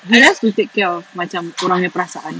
he has to take care of macam kau orang punya perasaan